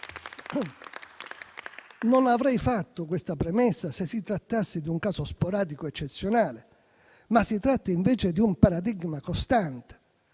Non avrei fatto questa premessa se si trattasse di un caso sporadico o eccezionale, ma si tratta invece di un paradigma costante.